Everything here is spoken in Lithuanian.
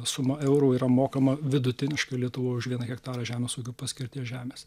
suma eurų yra mokama vidutiniškai lietuvoj už vieną hektarą žemės ūkio paskirties žemės